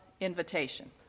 invitation